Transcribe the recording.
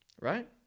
Right